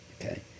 okay